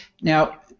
Now